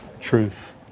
truth